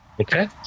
Okay